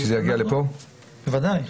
שזה --- ודאי.